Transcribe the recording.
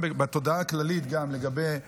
גם בתודעה הכללית לגבי החטופים,